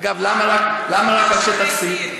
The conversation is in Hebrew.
אגב, למה רק על שטח C?